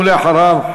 ואחריו,